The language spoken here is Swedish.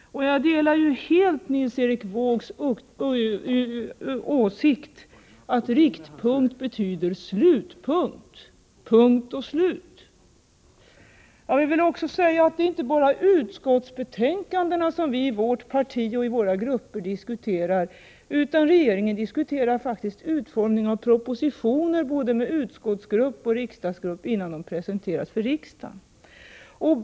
Jag delar helt Nils Erik Wåågs åsikt att ”riktpunkt” betyder ”slutpunkt” — punkt och slut. Jag vill också säga att det inte bara är utskottsbetänkandena som vi i vårt parti och i våra grupper diskuterar, utan regeringen diskuterar faktiskt utformningen av propositioner både med utskottsgrupp och med riksdagsgrupp innan propositionerna presenteras för riksdagen.